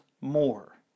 more